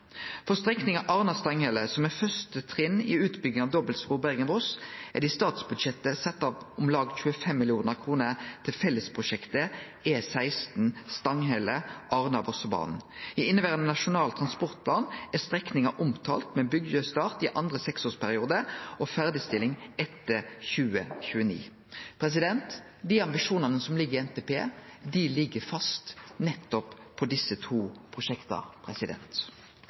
strekninga Arna–Stanghelle, som er første trinn i utbygginga av dobbeltspor Bergen–Voss, er det i statsbudsjettet satt av om lag 25 mill. kr til fellesprosjektet E16 Stanghelle–Arna/Vossebanen. I inneverande Nasjonal transportplan er strekninga omtalt med byggestart i andre seksårsperiode og ferdigstilling etter 2029. Dei ambisjonane som ligg i NTP, dei ligg fast nettopp for desse to prosjekta.